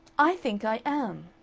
i think i am.